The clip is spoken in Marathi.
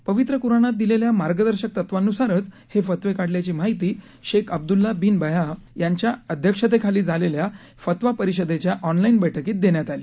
पवित्र कुराणात दिलेल्या मार्गदर्शक तत्त्वांनुसारच हे फतवे काढल्याची माहिती शेख अब्दुल्ला बीन बयाह यांच्या अध्यक्षतेखाली झालेल्या फतवा परिषदेच्या ऑनलाईन बैठकीत देण्यात आली